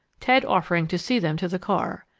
ted offering to see them to the car.